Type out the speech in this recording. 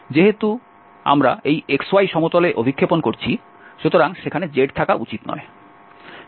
সুতরাং যেহেতু আমরা এই xy সমতলে অভিক্ষেপণ করেছি সেখানে z থাকা উচিত নয়